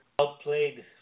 outplayed